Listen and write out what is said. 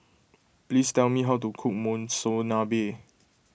please tell me how to cook Monsunabe